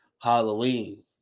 Halloween